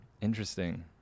Interesting